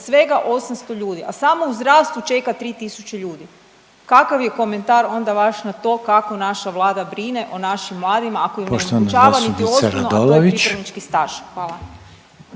dakle 800 ljudi, a samo u zdravstvu čeka 3.000 ljudi. Kakav je komentar onda vaš na to kako naša Vlada brine o našim mladima ako im ne omogućava niti osnovno, a to je pripravnički staž? Hvala.